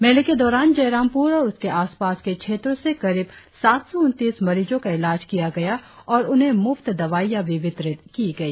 मेले के दौरान जयरामपुर और उसके आसपास के क्षेत्रों से करीब सात सौ उन्तीस मरीजों का इलाज किया गया और उन्हें मुफ्त दवाईया भी वितरित किए गए